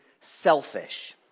selfish